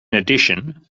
addition